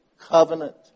covenant